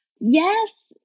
Yes